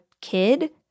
kid